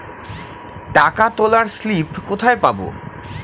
টাকা তোলার স্লিপ কোথায় পাব?